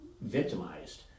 victimized